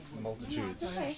multitudes